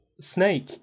Snake